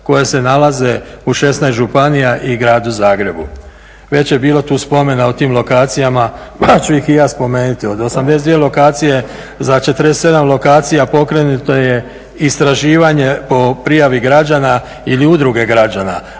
koje se nalaze u 16 županija i Gradu Zagrebu. Već je bilo tu spomena o tim lokacijama pa ću ih i ja spomenuti. Od 82 lokacije za 47 lokacija pokrenuto je istraživanje po prijavi građana ili udruge građana,